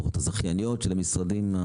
לפחות הזכייניות של המשרדים,